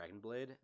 Dragonblade